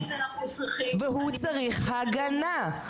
-- אנחנו צריכים ----- והוא צריך הגנה.